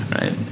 Right